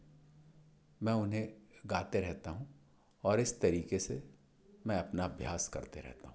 मैं उन्हें गाते रहता हूँ और इस तरीके से मैं अपना अभ्यास करते रहता हूँ